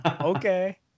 okay